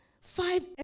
five